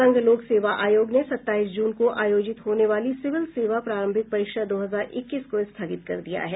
संघ लोक सेवा आयोग ने सत्ताईस जून को आयोजित होने वाली सिविल सेवा प्रारंभिक परीक्षा दो हजार इक्कीस को स्थगित कर दिया है